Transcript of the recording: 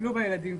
טיפלו בילדים,